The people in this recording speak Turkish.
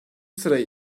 sırayı